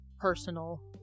personal